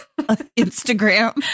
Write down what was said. Instagram